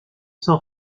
sans